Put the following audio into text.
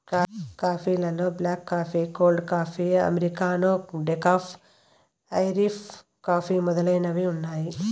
coffee లలో black coffee, cold coffee, americano, decaf, Irish coffee మొదలైనవి ఉన్నాయి